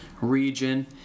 region